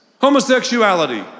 homosexuality